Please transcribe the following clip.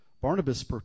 Barnabas